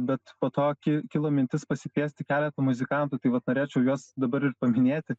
bet po to ki kilo mintis pasikviesti keletą muzikantų tai vat norėčiau juos dabar ir paminėti